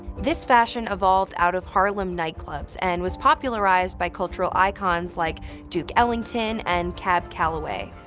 this fashion evolved out of harlem nightclubs, and was popularized by cultural icons like duke ellington and cab calloway.